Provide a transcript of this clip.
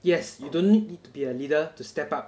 yes you don't need to be a leader to step up